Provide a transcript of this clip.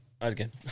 Again